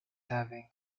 having